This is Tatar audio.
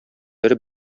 бер